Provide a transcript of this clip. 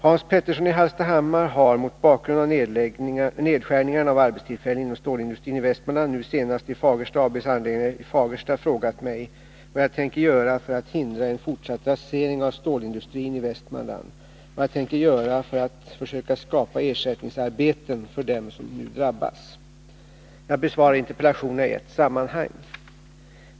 Hans Petersson i Hallstahammar har — mot bakgrund av nedskärningarna av arbetstillfällen inom stålindustrin i Västmanland, nu senast i Fagersta AB:s anläggningar i Fagersta — frågat mig — vad jag tänker göra för att hindra en fortsatt rasering av stålindustrin i Västmanland, — vad jag tänker göra för att försöka skapa ersättningsarbeten för dem som nu drabbas. Jag besvarar interpellationerna i ett sammanhang.